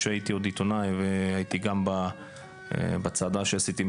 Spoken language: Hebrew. כשהייתי עוד עיתונאי והייתי גם בצעדה שעשיתם